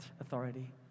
authority